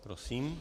Prosím.